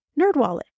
NerdWallet